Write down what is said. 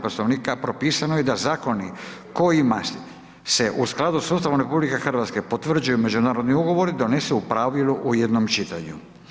Poslovnika propisano je da zakoni kojima se u skladu sa Ustavom RH potvrđuju međunarodni ugovori donese u pravilu u jednom čitanju.